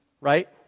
right